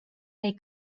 they